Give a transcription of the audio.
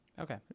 Okay